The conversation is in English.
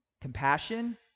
compassion